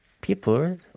people